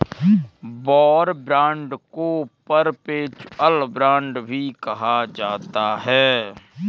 war bond को perpetual bond भी कहा जाता है